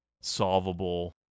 solvable